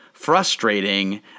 frustrating